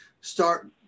start –